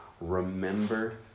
Remember